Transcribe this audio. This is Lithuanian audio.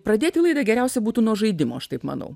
pradėti laidą geriausia būtų nuo žaidimo aš taip manau